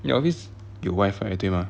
you always 有 wi-fi 对吗